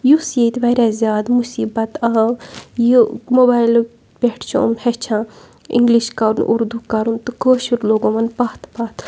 یُس ییٚتہِ واریاہ زیادٕ مُصیٖبت آو یہِ موبایلو پٮ۪ٹھ چھِ یِم ہیٚچھان اِنٛگلِش کَرُن اُردو کَرُن تہٕ کٲشُر لوٚگ یِمَن پَتھ پَتھ